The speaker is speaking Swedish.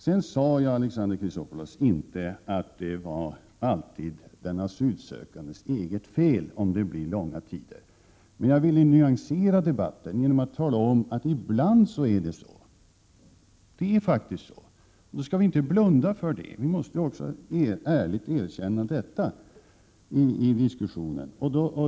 Jag sade inte, Alexander Chrisopoulos, att det alltid var den asylsökandes eget fel om det blir långa handläggningstider. Men jag ville nyansera debatten genom att tala om att det ibland är så, och då skall vi inte blunda för det. Vi måste ärligt erkänna även detta i diskussionen.